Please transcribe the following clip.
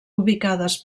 ubicades